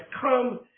come